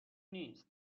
نیست